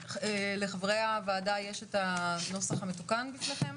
לחברי הוועדה יש את הנוסח המתוקן בפניכם?